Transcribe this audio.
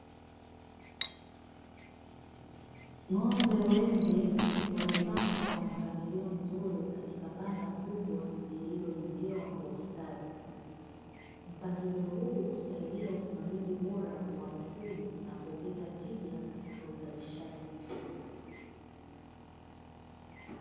Ng'ombe wengi wamepangwa kwa mpangilio mzuri katika banda kubwa lililo jengewa kwa ustadi, mpangilio huu husaidia usimamizi bora wa mifugo na kuongeza tija katika uzalishaji.